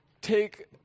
take